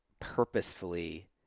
purposefully